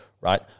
right